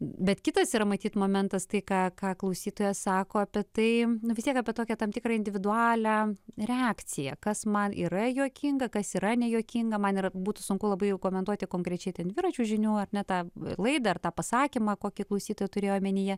bet kitas yra matyt momentas tai ką ką klausytojas sako apie tai nu vis tiek apie tokią tam tikrą individualią reakciją kas man yra juokinga kas yra nejuokinga man yra būtų sunku labai komentuoti konkrečiai ten dviračio žinių ar ne tą laidą ar tą pasakymą kokį klausytoja turėjo omenyje